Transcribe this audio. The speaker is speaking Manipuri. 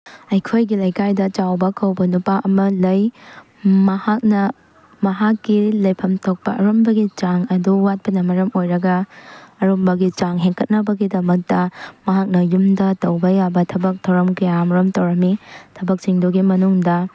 ꯑꯩꯈꯣꯏꯒꯤ ꯂꯩꯀꯥꯏꯗ ꯆꯥꯎꯕ ꯀꯧꯕ ꯅꯨꯄꯥ ꯑꯃ ꯂꯩ ꯃꯍꯥꯛꯅ ꯃꯍꯥꯛꯀꯤ ꯂꯩꯐꯝ ꯊꯣꯛꯄ ꯑꯔꯨꯝꯕꯒꯤ ꯆꯥꯡ ꯑꯗꯨ ꯋꯥꯠꯄꯅ ꯃꯔꯝ ꯑꯣꯏꯔꯒ ꯑꯔꯨꯝꯕꯒꯤ ꯆꯥꯡ ꯍꯦꯟꯒꯠꯅꯕꯒꯤꯗꯃꯛꯇ ꯃꯍꯥꯛꯅ ꯌꯨꯝꯗ ꯇꯧꯕ ꯌꯥꯕꯥ ꯊꯕꯛ ꯊꯧꯔꯝ ꯀꯌꯥ ꯃꯔꯨꯝ ꯇꯧꯔꯝꯃꯤ ꯊꯕꯛꯁꯤꯡꯗꯨꯒꯤ ꯃꯅꯨꯡꯗ